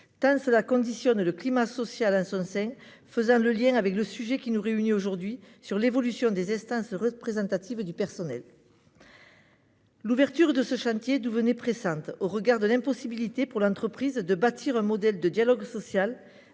tant il conditionne le climat social en son sein, ce qui nous amène au sujet qui nous réunit aujourd'hui, l'évolution des institutions représentatives du personnel à La Poste. L'ouverture de ce chantier devenait urgente, au vu de l'impossibilité pour l'entreprise de bâtir un modèle de dialogue social